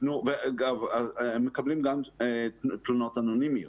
והם מקבלים גם תלונות אנונימיות.